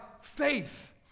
faith